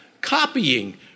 copying